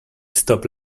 stop